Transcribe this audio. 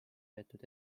peetud